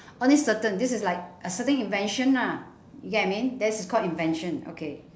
only certain this like a certain invention lah you get what I mean this is called invention okay